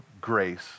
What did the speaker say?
grace